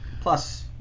Plus